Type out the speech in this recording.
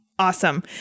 Awesome